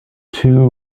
two